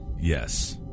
Yes